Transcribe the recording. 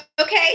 Okay